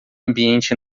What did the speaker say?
ambiente